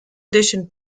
edition